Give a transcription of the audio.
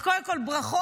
אז קודם כול ברכות.